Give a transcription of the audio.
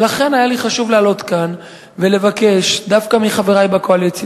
ולכן היה לי חשוב לעלות לכאן ולבקש דווקא מחברי בקואליציה,